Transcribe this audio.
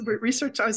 research